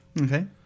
Okay